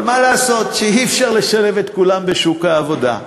אבל מה לעשות שאי-אפשר לשלב את כולן בשוק העבודה הזה,